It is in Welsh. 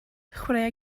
chwaraea